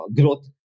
growth